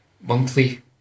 monthly